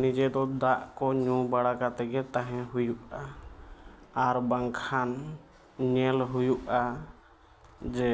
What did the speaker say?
ᱱᱤᱡᱮ ᱫᱚ ᱫᱟᱜ ᱠᱚ ᱧᱩ ᱵᱟᱲᱟ ᱠᱟᱛᱮᱫ ᱜᱮ ᱛᱟᱦᱮᱸ ᱫᱚ ᱦᱩᱭᱩᱜᱼᱟ ᱟᱨ ᱵᱟᱝᱠᱷᱟᱱ ᱧᱮᱞ ᱦᱩᱭᱩᱜᱼᱟ ᱡᱮ